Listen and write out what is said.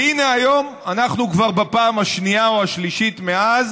הינה, היום אנחנו כבר בפעם השנייה או השלישית מאז